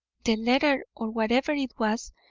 the letter, or whatever it was,